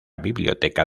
biblioteca